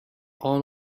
are